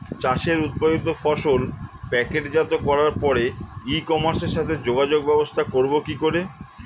চাষের উৎপাদিত ফসল প্যাকেটজাত করার পরে ই কমার্সের সাথে যোগাযোগ স্থাপন করব কি করে?